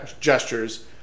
gestures